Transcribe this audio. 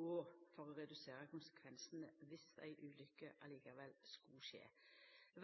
og for å redusera konsekvensane dersom ei ulukke likevel skulle skje.